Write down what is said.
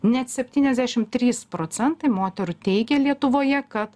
net septyniasdešim trys procentai moterų teigia lietuvoje kad